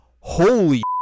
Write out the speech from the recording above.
holy